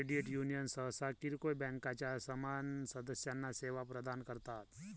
credit union सहसा किरकोळ बँकांच्या समान सदस्यांना सेवा प्रदान करतात